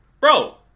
bro